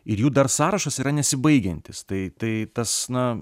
ir jų dar sąrašas yra nesibaigiantis tai tai tas na